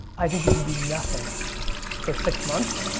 i think if you do nothing for six months,